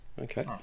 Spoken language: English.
Okay